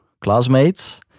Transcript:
classmates